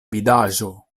vidaĵo